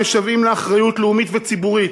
המשוועים לאחריות לאומית וציבורית.